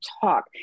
talk